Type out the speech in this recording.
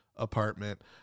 apartment